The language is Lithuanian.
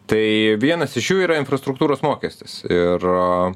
tai vienas iš jų yra infrastruktūros mokestis ir